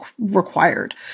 required